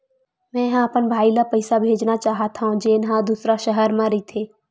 मेंहा अपन भाई ला पइसा भेजना चाहत हव, जेन हा दूसर शहर मा रहिथे